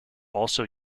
also